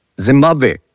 Zimbabwe